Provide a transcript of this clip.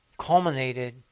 culminated